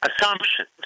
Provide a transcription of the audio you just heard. assumptions